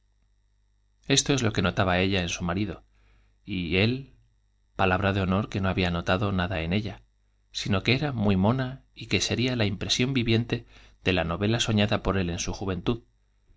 esto es lo que notaba ella en su marido y él de honor que no había palabra notado nada en ella sino que era muy mona y que serta la impresión viviente de la novela soñada por él en su juyentud